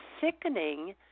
sickening